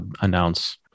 announce